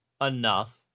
enough